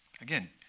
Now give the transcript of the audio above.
Again